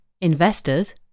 investors